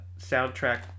soundtrack